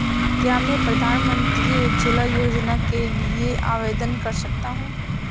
क्या मैं प्रधानमंत्री उज्ज्वला योजना के लिए आवेदन कर सकता हूँ?